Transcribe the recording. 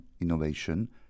innovation